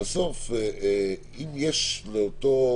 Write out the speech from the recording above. אם יש לאותו